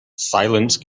silence